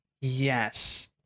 Yes